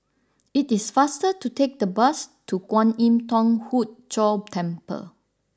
it is faster to take the bus to Kwan Im Thong Hood Cho Temple